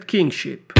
Kingship